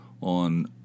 on